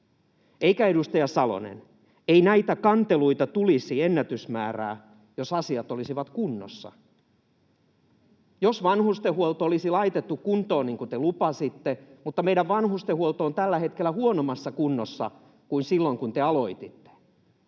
eikä edustaja Salonenkaan. — Ei näitä kanteluita tulisi ennätysmäärää, jos asiat olisivat kunnossa, jos vanhustenhuolto olisi laitettu kuntoon, niin kuin te lupasitte, mutta meidän vanhustenhuolto on tällä hetkellä huonommassa kunnossa kuin silloin, kun te aloititte.